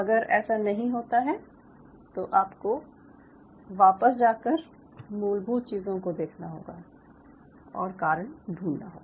अगर ऐसा नहीं होता है तो आपको वापस जाकर मूलभूत चीज़ों को देखना होगा और कारण ढूंढना होगा